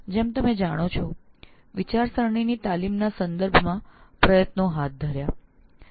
design thinking ની તાલીમના સંદર્ભમાં કરાયેલા પ્રયાસોમાં અત્યંત સફળતાપૂર્વક પ્રયાસ તરીકે તે પ્રચલિત થયો